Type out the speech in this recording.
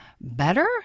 better